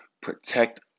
protect